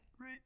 Right